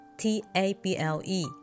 table